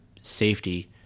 safety